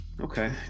Okay